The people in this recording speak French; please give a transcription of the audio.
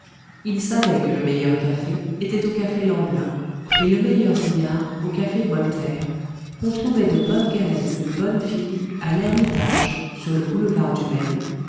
il savait que le meilleur café était au café lemblin et le meilleur billard au café voltaire qu'on trouvait de bonnes galettes et de bonnes filles à l'ermitage sur le boulevard du maine